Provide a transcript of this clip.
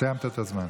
סיימת את הזמן.